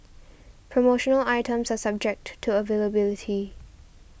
promotional items are subject to to availability